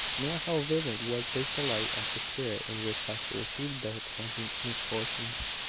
nor how vivid was his delight at the spirit in which hester received their present misfortunes.